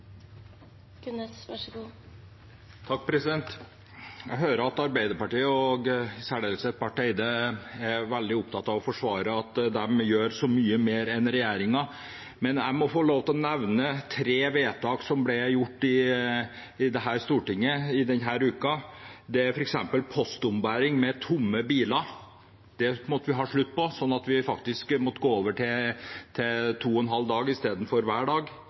veldig opptatt av å forsvare at de gjør så mye mer enn regjeringen. Men jeg må få lov til å nevne tre vedtak som ble gjort i Stortinget denne uken: Det var postombæring med tomme biler, som vi måtte få en slutt på, så vi måtte faktisk gå over til 2,5 dager istedenfor hver dag.